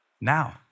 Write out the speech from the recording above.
now